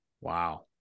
Wow